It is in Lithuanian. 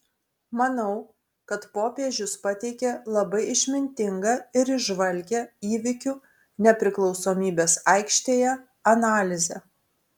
manau kad popiežius pateikė labai išmintingą ir įžvalgią įvykių nepriklausomybės aikštėje analizę